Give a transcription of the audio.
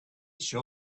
sure